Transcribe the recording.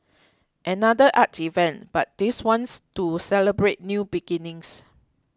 another art event but this one's to celebrate new beginnings